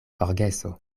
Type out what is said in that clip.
forgeso